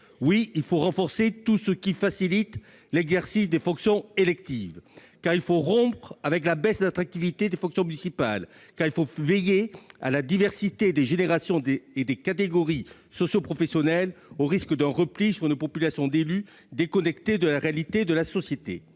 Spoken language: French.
Oui, il faut renforcer tout ce qui facilite l'exercice des fonctions électives ! En effet, il faut rompre avec la baisse d'attractivité des fonctions municipales, il faut veiller à la diversité des générations et des catégories socioprofessionnelles, au risque d'un repli sur une population d'élus déconnectés de la réalité de la société.